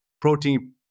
Protein